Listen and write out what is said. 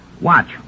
Watch